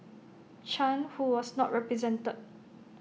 chan who was not represented